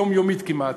יומיומית כמעט,